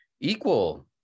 equal